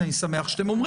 אני שמח שאתם אומרים.